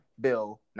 bill